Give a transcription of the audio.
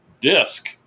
disc